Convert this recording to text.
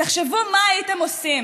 תחשבו מה הייתם עושים